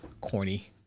corny